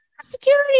security